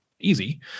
easy